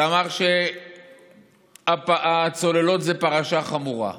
שאמר שהצוללות זה פרשה חמורה,